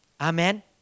Amen